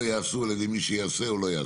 ייעשו על ידי מי שייעשה או לא ייעשה.